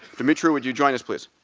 dumitru, would you join us please?